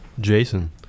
Jason